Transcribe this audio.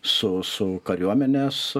su su kariuomenės